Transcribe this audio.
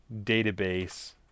database